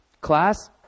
Class